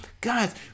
guys